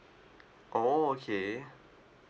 oh okay